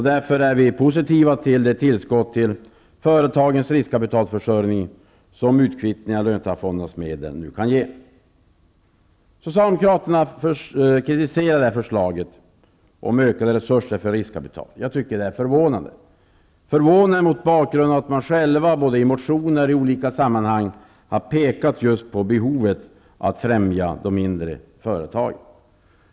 Därför är vi positiva till det tillskott till företagens riskkapitalförsörjning som utkvittning av löntagarfondernas medel nu kan ge. Socialdemokraterna kritiserar förslaget om ökade resurser för riskkapital. Jag tycker att det är förvånande, mot bakgrund av att de själva både i motioner och i andra sammanhang har pekat just på behovet av att främja de mindre företagen.